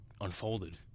unfolded